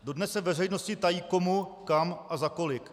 Dodnes se veřejnosti tají komu, kam a za kolik.